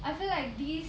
I feel like these